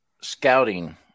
scouting